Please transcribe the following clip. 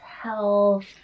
health